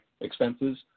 expenses